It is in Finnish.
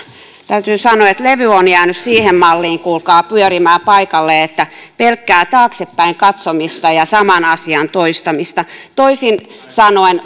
täytyy sanoa että levy on jäänyt siihen malliin kuulkaa pyörimään paikalleen että on pelkkää taaksepäin katsomista ja saman asian toistamista toisin sanoen